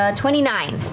ah twenty nine.